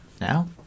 now